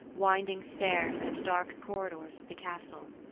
winding stairs, and dark corridors of the castle.